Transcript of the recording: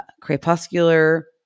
crepuscular